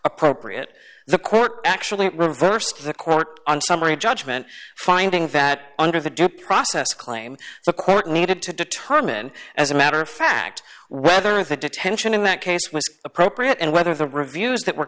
appropriate the court actually reversed the court on summary judgment finding that under the due process claim the court needed to determine as a matter of fact whether the detention in that case was appropriate and whether the reviews that were